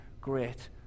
great